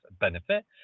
benefit